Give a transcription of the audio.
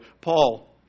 Paul